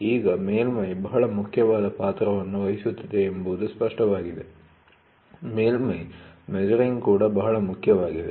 ಈಗ ಮೇಲ್ಮೈ ಬಹಳ ಮುಖ್ಯವಾದ ಪಾತ್ರವನ್ನು ವಹಿಸುತ್ತದೆ ಎಂಬುದು ಸ್ಪಷ್ಟವಾಗಿದೆ ಮೇಲ್ಮೈ ಮೆಜರಿಂಗ್ ಕೂಡ ಬಹಳ ಮುಖ್ಯವಾಗಿದೆ